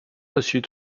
reçut